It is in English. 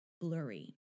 blurry